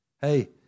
Hey